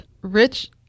Rich